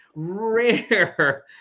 Rare